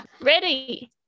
Ready